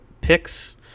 picks